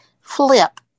Flip